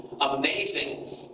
amazing